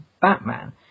Batman